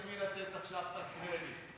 אני אדע עכשיו למי לתת את הקרדיט.